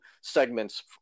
segments